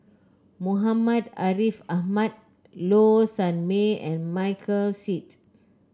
Muhammad Ariff Ahmad Low Sanmay and Michael Seet